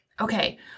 okay